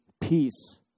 peace